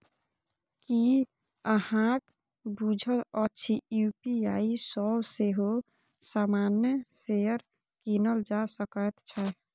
की अहाँक बुझल अछि यू.पी.आई सँ सेहो सामान्य शेयर कीनल जा सकैत छै?